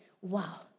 Wow